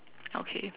okay